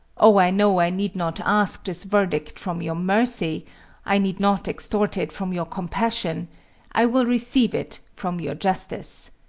oh, i know i need not ask this verdict from your mercy i need not extort it from your compassion i will receive it from your justice.